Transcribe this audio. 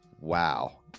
wow